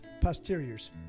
posteriors